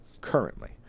currently